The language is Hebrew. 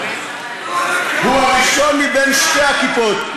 הוא הראשון משתי הכיפות.